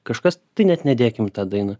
kažkas tai net nedėkim į tą dainą